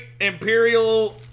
Imperial